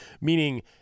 meaning